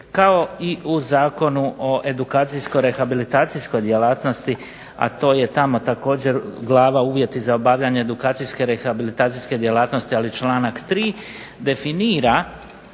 kao i u Zakonu o edukacijsko-rehabilitacijskoj djelatnosti, a to je tamo također Glava Uvjeti za obavljanje edukacijsko-rehabilitacijske djelatnosti, ali članak 3. definira